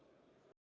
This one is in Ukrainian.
Дякую.